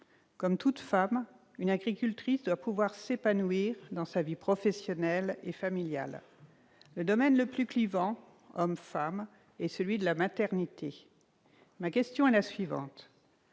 Comme toute femme, une agricultrice doit pouvoir s'épanouir dans sa vie professionnelle et familiale. Le domaine le plus clivant entre hommes et femmes est celui de la maternité. D'où mes différentes